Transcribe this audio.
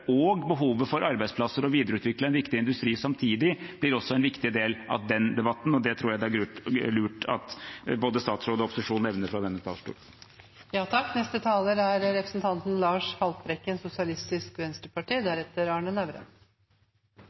og behovet for arbeidsplasser og å videreutvikle en viktig industri samtidig, blir også en viktig del av den debatten, og det tror jeg det er lurt at både statsråd og opposisjon evner fra denne talerstolen. Joda, flertallet anerkjenner, slik representanten